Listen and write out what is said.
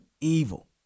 evil